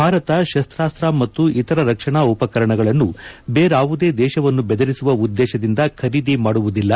ಭಾರತ ಶಸ್ತಾಸ್ತ ಮತ್ತು ಇತರ ರಕ್ಷಣಾ ಉಪಕರಣಗಳನ್ನು ಬೇರ್ತಾವುದೇ ದೇಶವನ್ನು ಬೆದರಿಸುವ ಉದ್ದೇಶದಿಂದ ಖರೀದಿ ಮಾಡುವುದಿಲ್ಲ